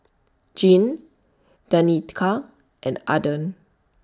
Jean Danica and Aaden